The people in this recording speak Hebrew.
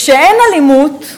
כשאין אלימות,